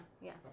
yes